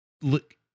look